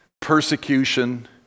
persecution